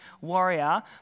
warrior